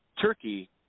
turkey